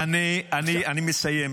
אני מסיים.